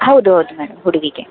ಹೌದು ಹೌದು ಮೇಡಮ್ ಹುಡುಗಿಗೆ